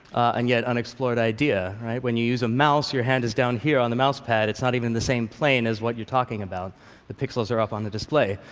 and yet unexplored idea, right? when you use a mouse, your hand is down here on the mouse pad. it's not even on the same plane as what you're talking about the pixels are up on the display.